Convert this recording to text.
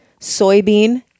soybean